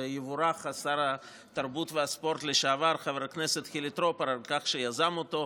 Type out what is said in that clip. ויבורך שר התרבות והספורט לשעבר חבר הכנסת חילי טרופר על כך שיזם אותו.